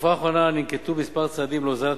בתקופה האחרונה ננקטו כמה צעדים להורדת